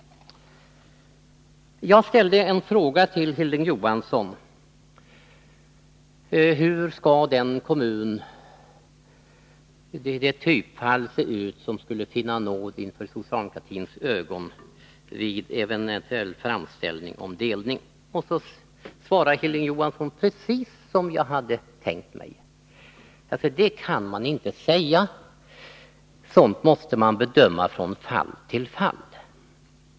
Jag frågade Hilding Johansson hur det typfall ser ut som skulle finna nåd inför socialdemokratins ögon vid en eventuell framställning om delning. Hilding Johansson svarade precis så som jag hade tänkt mig, nämligen att det kan man inte säga, utan sådant måste man bedöma från fall till fall.